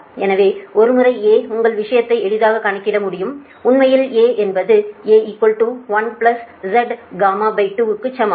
எனவே ஒரு முறை A உங்கள் விஷயத்தை எளிதாக கணக்கிட முடியும் உண்மையில் A என்பது A 1ZY2க்கு சமம்